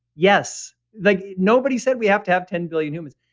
yes, like nobody said we have to have ten billion humans,